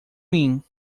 mim